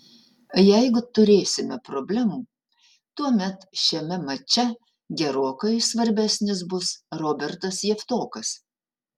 jeigu turėsime problemų tuomet šiame mače gerokai svarbesnis bus robertas javtokas